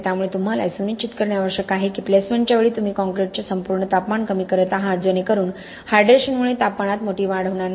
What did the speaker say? त्यामुळे तुम्हाला हे सुनिश्चित करणे आवश्यक आहे की प्लेसमेंटच्या वेळी तुम्ही कॉंक्रिटचे संपूर्ण तापमान कमी करत आहात जेणेकरून हायड्रेशनमुळे तापमानात मोठी वाढ होणार नाही